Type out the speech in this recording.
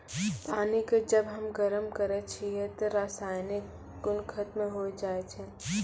पानी क जब हम गरम करै छियै त रासायनिक गुन खत्म होय जाय छै